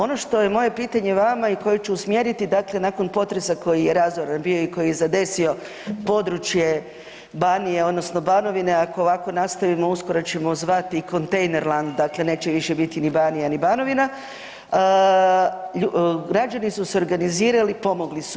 Ono što je moje pitanje vama i koje ću usmjeriti, dakle nakon potresa koji je razoran bio i koji je zadesio područje Banije odnosno Banovine ako ovako nastavimo uskoro ćemo zvati kontejner land, dakle neće više biti ni Banija ni Banovina, građani su se organizirali i pomogli su.